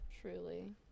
Truly